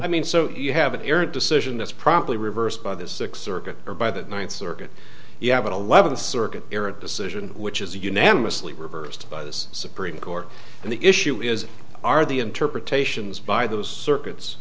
i mean so you have an ear decision that's probably reversed by this six circuit or by the ninth circuit you have an eleventh circuit decision which is unanimously reversed by this supreme court and the issue is are the interpretations by those circuits